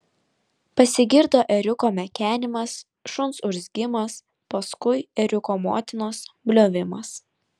pasigirdo ėriuko mekenimas šuns urzgimas paskui ėriuko motinos bliovimas